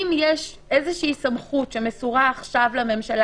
אם יש איזושהי סמכות שמסורה עכשיו לממשלה